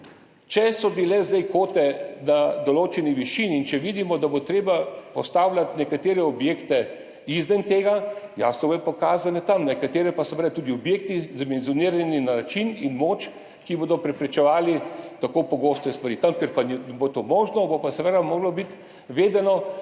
Če so bile zdaj kvote na določeni višini in če vidimo, da bo treba postavljati nekatere objekte izven tega, jasno, bodo pokazane tam, nekatere pa so bile tudi objekti, dimenzionirani na način in moč, da bodo preprečevali tako pogoste stvari. Tam, kjer to ne bo možno, bo pa seveda moralo biti vedeno,